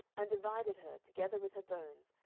and divided her, together with her bones,